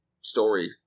story